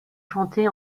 chanté